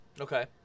Okay